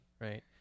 Right